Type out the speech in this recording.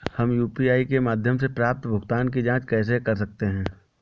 हम यू.पी.आई के माध्यम से प्राप्त भुगतान की जॉंच कैसे कर सकते हैं?